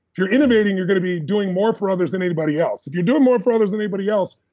you're innovating, you're going to be doing more for others than anybody else. if you do more for others than anybody else,